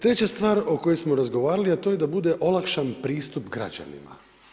Treća stvar o kojoj smo razgovarali, a to je da bude olakšan pristup građanima.